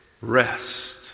Rest